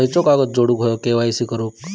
खयचो कागद जोडुक होयो के.वाय.सी करूक?